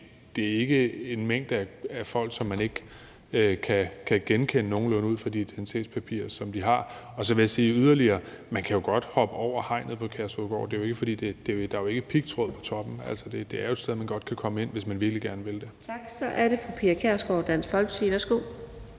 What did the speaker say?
Det er ikke et antal, som man ikke kan genkende nogenlunde ud fra de identitetspapirer, som de har. Så vil jeg yderligere sige, at man jo godt kan hoppe over hegnet på Kærshovedgård. Der er jo ikke pigtråd på toppen. Det er jo et sted, man godt kan komme ind, hvis man virkelig gerne vil det. Kl. 15:36 Fjerde næstformand (Karina